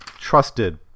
trusted